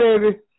baby